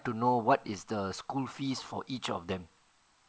to know what is the school fees for each of them